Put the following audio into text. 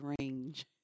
range